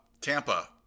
Tampa